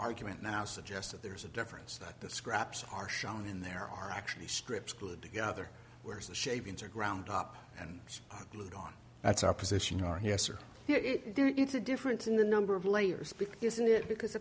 argument now suggests that there's a difference that the scraps are shown in there are actually strips glued together where's the shavings are ground up and down that's our position are yes or it's a difference in the number of layers isn't it because